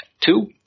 Two